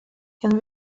can